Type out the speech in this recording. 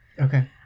Okay